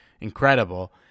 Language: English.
incredible